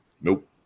Nope